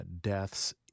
deaths